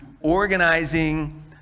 organizing